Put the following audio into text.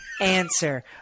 answer